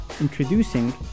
Introducing